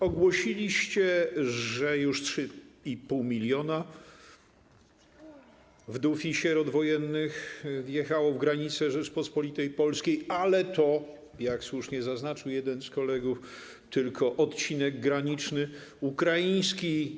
Ogłosiliście, że już 3,5 mln wdów i sierot wojennych wjechało przez granice Rzeczypospolitej Polskiej, ale to, jak słusznie zaznaczył jeden z kolegów, tylko odcinek graniczny ukraiński.